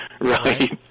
Right